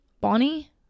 Bonnie